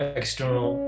external